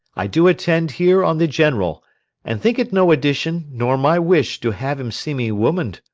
i do attend here on the general and think it no addition, nor my wish, to have him see me woman'd.